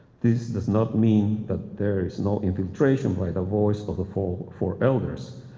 this does not mean that there is no infiltration by the voice of the four four elders,